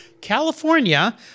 California